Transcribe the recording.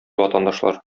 ватандашлар